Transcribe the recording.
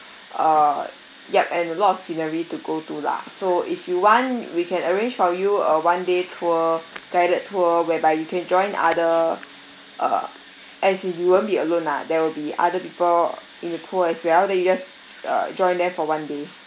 err yup and a lot of scenery to go to lah so if you want we can arrange for you a one day tour guided tour whereby you can join other uh as it you won't be alone lah there will be other people in the tour as well then you just uh join them for one day